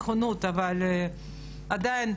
אבל עדיין,